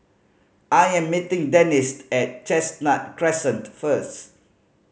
I am meeting Dennis at Chestnut Crescent first